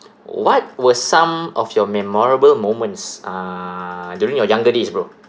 what were some of your memorable moments uh during your younger days bro